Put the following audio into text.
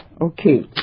Okay